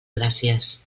gràcies